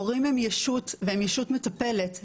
הורים הם ישות והם ישות מטפלת.